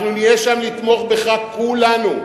אנחנו נהיה שם לתמוך בך, כולנו,